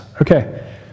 Okay